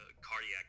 cardiac